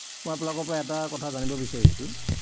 মই আপোনালোকৰপৰা এটা কথা জানিব বিচাৰিছোঁ